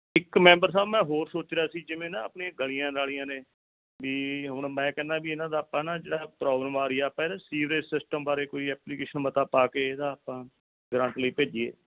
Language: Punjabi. ਇੱਕ ਮੈਂਬਰ ਸਾਹਿਬ ਮੈਂ ਹੋਰ ਸੋਚ ਰਿਹਾ ਸੀ ਜਿਵੇਂ ਨਾ ਆਪਣੇ ਗਲੀਆਂ ਨਾਲੀਆਂ ਨੇ ਵੀ ਹੁਣ ਮੈਂ ਕਹਿੰਦਾ ਵੀ ਇਹਨਾਂ ਦਾ ਆਪਾਂ ਨਾ ਜਿਹੜਾ ਪ੍ਰੋਬਲਮ ਆ ਰਹੀ ਆ ਆਪਾਂ ਇਹਦਾ ਸੀਵਰੇਜ ਸਿਸਟਮ ਬਾਰੇ ਕੋਈ ਐਪਲੀਕੇਸ਼ਨ ਮਤਾ ਪਾ ਕੇ ਇਹਦਾ ਆਪਾਂ ਗਰਾਂਟ ਲਈ ਭੇਜੀਏ